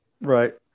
right